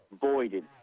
voided